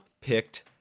picked